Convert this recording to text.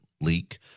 leak